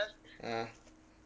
ah